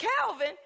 Calvin